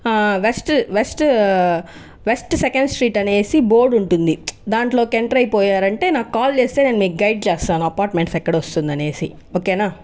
west west west second street అనేసి board ఉంటుంది దాంట్లోకి ఎంటర్ అయిపోయారంటే నాకు కాల్ చేస్తే నేను మీకు గైడ్ చేస్తాను అపార్టుమెంట్స్ ఎక్కడ వస్తుంది అనేసి ఓకే నా